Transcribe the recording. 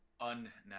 Unnatural